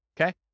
Okay